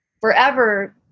forever